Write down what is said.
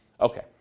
Okay